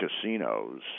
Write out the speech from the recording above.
casinos